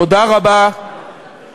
תודה רבה ובהצלחה.